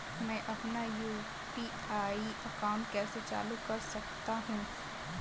मैं अपना UPI account कैसे चालू कर सकता हूँ?